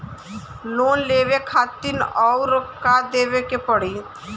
Loan लेवे खातिर अउर का देवे के पड़ी?